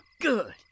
Good